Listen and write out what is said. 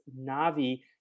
Navi